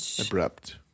Abrupt